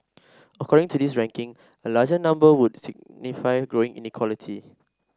according to this ranking a larger number would signify growing inequality